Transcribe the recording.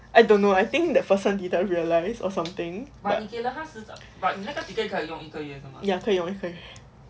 I don't know I think that person didn't realise or something ya 可以用一个月